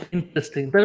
Interesting